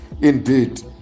indeed